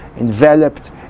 enveloped